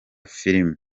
filime